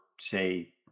say